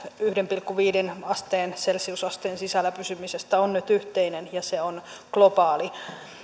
yhteen pilkku viiteen celsiusasteen sisällä pysymisestä on nyt yhteinen ja se on globaali